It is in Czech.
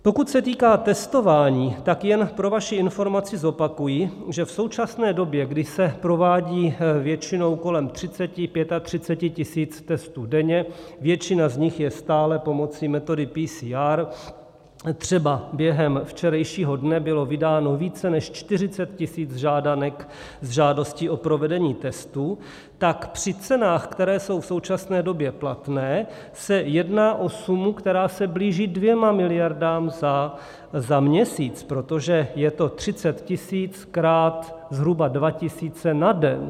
Pokud se týká testování, tak jen pro vaši informaci zopakuji, že v současné době, kdy se provádí většinou kolem 30 až 35 tisíc testů denně, většina z nich je stále pomocí metody PCR, třeba během včerejšího dne bylo vydáno více než 40 tisíc žádanek s žádostí o provedení testů, tak při cenách, které jsou v současné době platné, se jedná o sumu, která se blíží 2 miliardám za měsíc, protože je to 30 tisíc krát zhruba 2 tisíce na den.